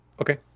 Okay